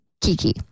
Kiki